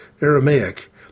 Aramaic